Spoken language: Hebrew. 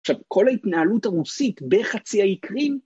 ‫עכשיו, כל ההתנהלות הרוסית ‫בחצי האי קרים...